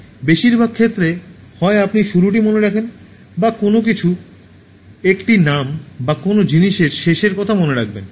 বেশিরভাগ ক্ষেত্রে হয় আপনি শুরুটি মনে রাখেন বা কোনও কিছু একটি নাম বা কোনও জিনিসের শেষের কথা মনে রাখবেন